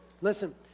Listen